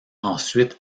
ensuite